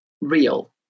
real